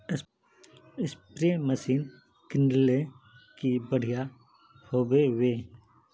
Spray machine किनले की बढ़िया होबवे?